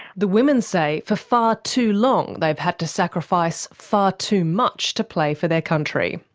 the women say, for far too long they've had to sacrifice far too much to play for their country.